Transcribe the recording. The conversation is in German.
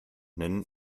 nennen